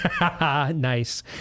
Nice